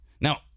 Now